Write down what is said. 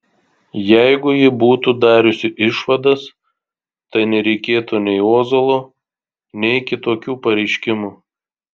jeigu ji būtų dariusi išvadas tai nereikėtų nei ozolo nei kitokių pareiškimų